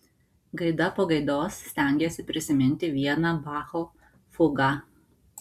gaida po gaidos stengėsi prisiminti vieną bacho fugą